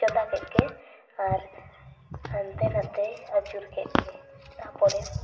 ᱪᱚᱸᱫᱟ ᱠᱮᱫ ᱜᱮ ᱟᱨ ᱦᱟᱱᱛᱮ ᱱᱟᱛᱮᱭ ᱟᱹᱪᱩᱨ ᱠᱮᱫ ᱜᱮ ᱛᱟᱯᱚᱨᱮ